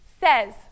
says